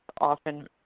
often